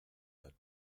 that